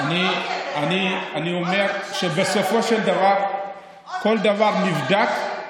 אני אומר שבסופו של דבר כל דבר נבדק,